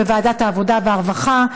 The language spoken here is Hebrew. העבודה והרווחה.